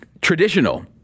traditional